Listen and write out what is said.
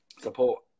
support